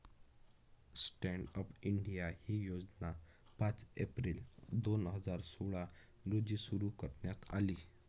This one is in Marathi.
स्टँडअप इंडिया ही योजना पाच एप्रिल दोन हजार सोळा रोजी सुरु करण्यात आली